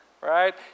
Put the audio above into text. Right